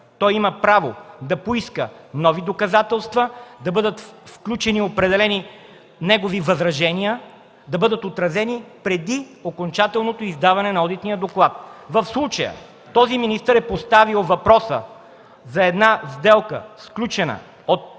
има право да поиска нови доказателства, да бъдат включени определени негови възражения, да бъдат отразени преди окончателното издаване на одитния доклад. В случая този министър е поставил въпроса за една сделка, сключена от